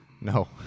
No